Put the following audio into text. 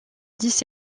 dix